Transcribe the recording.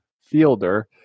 Fielder